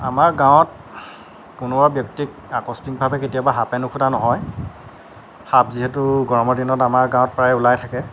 আমাৰ গাঁৱত কোনোবা ব্যক্তিক আকস্মিকভাৱে কেতিয়াবা সাপে নুখুটা নহয় সাপ যিহেতু গৰমৰ দিনত আমাৰ গাঁৱত প্ৰায় ওলাই থাকে